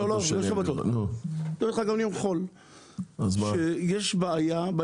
לא לא בשבתות, אני מדבר על ימי חול, שיש בעיה של